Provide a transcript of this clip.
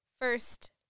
first